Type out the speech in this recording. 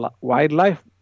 wildlife